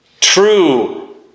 True